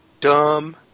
dumb